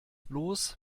bloß